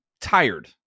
tired